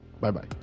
bye-bye